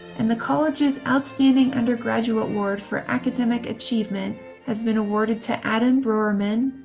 and the college's outstanding undergraduate award for academic achievement has been awarded to adam broerman,